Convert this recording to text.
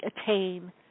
attain